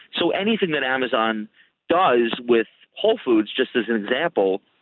so anything that amazon does with whole foods, just as an example,